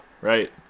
Right